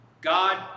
God